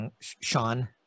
Sean